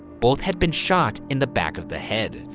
both had been shot in the back of the head.